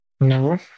No